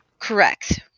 Correct